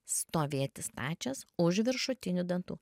stovėti stačias už viršutinių dantų